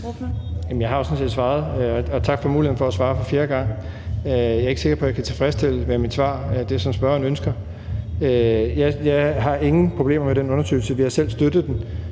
jeg har sådan set svaret, og tak for muligheden for at svare for fjerde gang. Jeg er ikke sikker på, at jeg med mit svar kan tilfredsstille det, som spørgeren ønsker. Jeg har ingen problemer med den undersøgelse. Vi har selv støttet den.